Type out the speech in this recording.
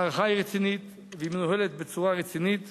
המערכה היא רצינית, והיא מנוהלת בצורה רצינית